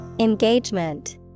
Engagement